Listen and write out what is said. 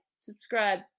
subscribe